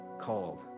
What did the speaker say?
called